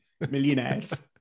millionaires